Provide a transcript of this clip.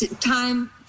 Time-